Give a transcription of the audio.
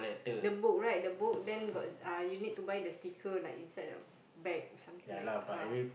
the book right the book then got uh you need to buy the sticker like inside the bag or something like uh